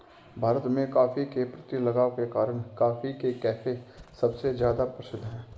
भारत में, कॉफ़ी के प्रति लगाव के कारण, कॉफी के कैफ़े सबसे ज्यादा प्रसिद्ध है